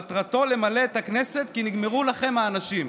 מטרתו למלא את הכנסת, כי נגמרו לכם האנשים.